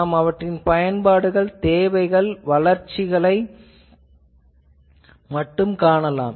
நாம் அவற்றின் பயன்பாடுகள் தேவைகள் வளர்ச்சிகளைக் காணலாம்